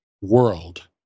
world